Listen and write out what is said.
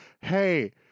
hey